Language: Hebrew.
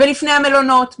לפני המלונות,